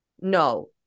no